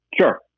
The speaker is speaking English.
Sure